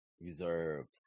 reserved